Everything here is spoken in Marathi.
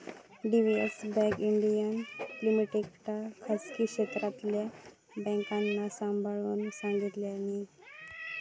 डी.बी.एस बँक इंडीया लिमिटेडका खासगी क्षेत्रातल्या बॅन्कांका सांभाळूक सांगितल्यानी